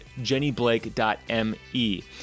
JennyBlake.me